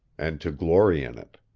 and to glory in it.